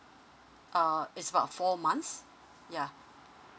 uh it's about four months yeah